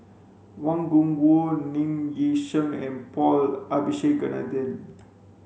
Wang Gungwu Ng Yi Sheng and Paul Abisheganaden